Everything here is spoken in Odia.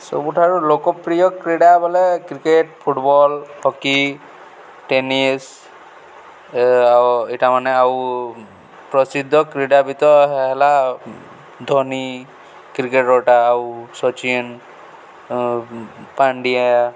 ସବୁଠାରୁ ଲୋକପ୍ରିୟ କ୍ରୀଡ଼ା ବୋଲେ କ୍ରିକେଟ ଫୁଟବଲ ହକି ଟେନିସ୍ ଆଉ ଏଇଟା ମାନେ ଆଉ ପ୍ରସିଦ୍ଧ କ୍ରୀଡ଼ାବିତ ହେଲା ଧୋନି କ୍ରିକେଟରଟା ଆଉ ସଚିନ ପାଣ୍ଡିଆ